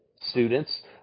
students